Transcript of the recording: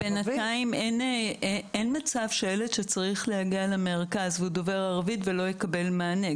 בינתיים אין מצב שילד שצריך להגיע למרכז והוא דובר ערבית לא יקבל מענה,